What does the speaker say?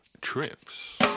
Trips